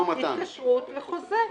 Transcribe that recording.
התקשרות וחוזה.